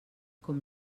com